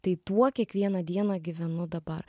tai tuo kiekvieną dieną gyvenu dabar